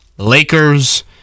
Lakers